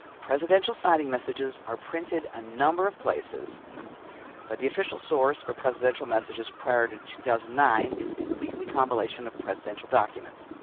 presidential signing messages are printed a number of places but the official source for presidential messages prior to two thousand and nine is the weekly compilation of presidential documents.